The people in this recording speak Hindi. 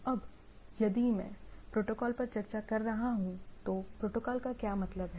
अब यदि मैं प्रोटोकॉल पर चर्चा कर रहा हूं तो प्रोटोकॉल का क्या मतलब है